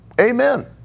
Amen